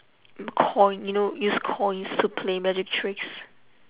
coin you know use coins to play magic tricks